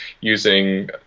using